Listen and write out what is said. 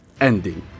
Ending